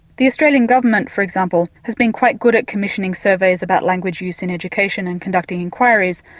the australian government for example has been quite good at commissioning surveys about language use in education and conducting inquiries,